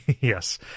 Yes